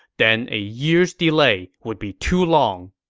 then a year's delay would be too long.